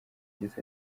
yagize